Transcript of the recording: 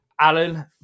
Alan